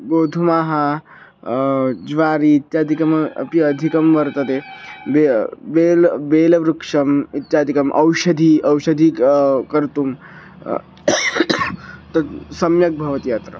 गोधूमः ज्वारि इत्यादिकम् अपि अधिकं वर्तते बे बेल् बेलवृक्षम् इत्यादिकम् औषधयः औषधीः क कर्तुं तत् सम्यक् भवति अत्र